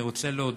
אני רוצה להודות